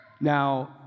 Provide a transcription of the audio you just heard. Now